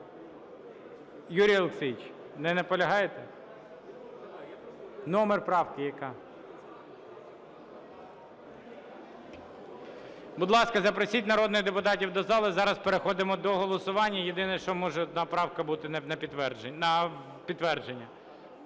Юрію Олексійовичу, не наполягаєте? Номер правки який? Будь ласка, запросіть народних депутатів до зали, зараз переходимо до голосування. Єдине, що може одна правка бути на підтвердження.